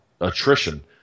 attrition